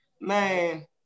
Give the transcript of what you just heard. man